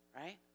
right